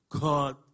God